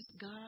God